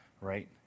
right